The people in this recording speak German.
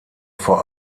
vor